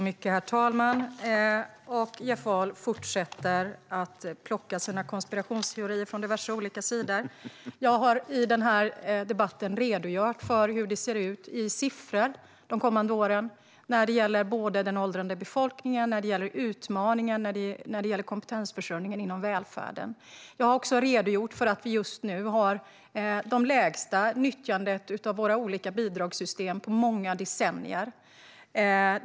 Herr talman! Jeff Ahl fortsätter plocka sina konspirationsteorier från diverse olika sidor. Jag har i den här debatten redogjort för hur det ser ut i siffror de kommande åren när det gäller både den åldrande befolkningen och utmaningen med kompetensförsörjningen inom välfärden. Jag har också redogjort för att vi just nu har det lägsta nyttjandet av våra olika bidragssystem på många decennier.